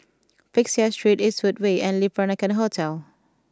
Peck Seah Street Eastwood Way and Le Peranakan Hotel